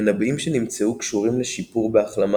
מנבאים שנמצאו קשורים לשיפור בהחלמה